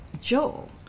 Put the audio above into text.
Joel